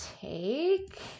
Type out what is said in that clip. take